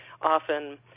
often